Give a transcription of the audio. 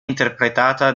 interpretata